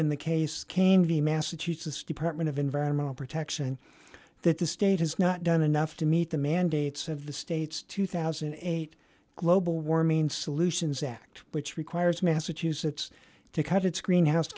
in the case came to the massachusetts department of environmental protection that the state has not done enough to meet the mandates of the state's two thousand and eight global warming solutions act which requires massachusetts to cut its greenhouse